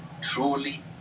truly